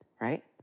right